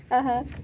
ah !huh!